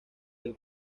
del